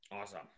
Awesome